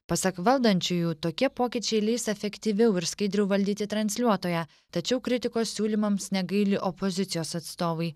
pasak valdančiųjų tokie pokyčiai leis efektyviau ir skaidriau valdyti transliuotoją tačiau kritikos siūlymams negaili opozicijos atstovai